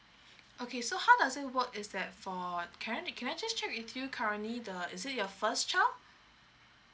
okay so how does it work is that for can I ne~ can I just check with you currently the is it your first child